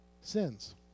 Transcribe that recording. sins